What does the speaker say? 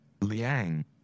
Liang